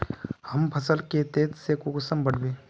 हम फसल के तेज से कुंसम बढ़बे?